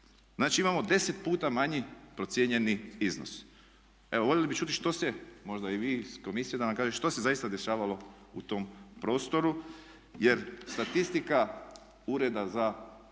Znači, imamo 10 puta manji procijenjeni iznos. Evo, voljeli bi čuti što se možda i vi iz komisije da nam kažete što se zaista dešavalo u tom prostoru jer statistika Ureda za javnu